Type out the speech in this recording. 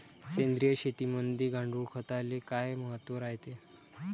सेंद्रिय शेतीमंदी गांडूळखताले काय महत्त्व रायते?